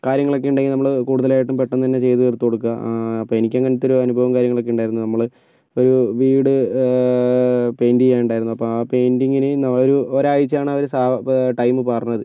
കാര്യങ്ങളൊക്കെ ഉണ്ടെങ്കിൽ നമ്മള് കൂടുതലായിട്ടും പെട്ടെന്ന് തന്നെ ചെയ്ത് തീർത്തു കൊടുക്കുക അപ്പം എനിക്കങ്ങനത്തെ ഒരനുഭവം കാര്യങ്ങളൊക്കെ ഉണ്ടായിരുന്നു നമ്മള് ഒരു വീട് പെയിൻ്റെയ്യാനുണ്ടായിരുന്നു അപ്പം ആ പെയിൻ്റിങ്ങിനു ഒരാഴ്ച ആണവര് സാവ ടൈമ് പറഞ്ഞത്